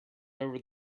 over